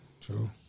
True